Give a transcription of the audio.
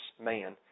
man